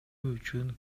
үчүн